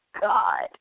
God